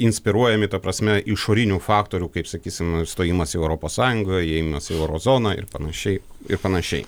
inspiruojami ta prasme išorinių faktorių kaip sakysim stojimas į europos sąjungą įėjimas į euro zoną ir panašiai ir panašiai